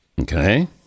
Okay